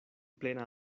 plena